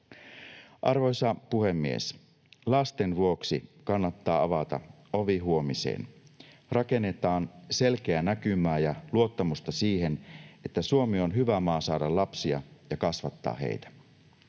Arvoisa puhemies! Lasten vuoksi kannattaa avata ovi huomiseen. Rakennetaan selkeää näkymää ja luottamusta siihen, että Suomi on hyvä maa saada lapsia ja kasvattaa heitä.